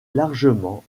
largement